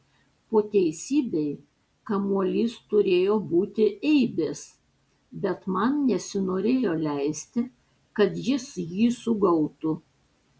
po teisybei kamuolys turėjo būti eibės bet man nesinorėjo leisti kad jis jį sugautų